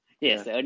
Yes